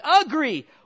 Agree